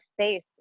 space